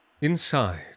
Inside